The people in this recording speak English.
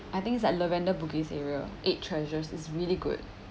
I think like lavender bugis area Eight Treasures it's really good